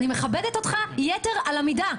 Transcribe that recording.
אי מכבדת אותך יתר על המידה.